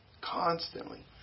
constantly